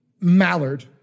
mallard